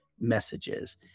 messages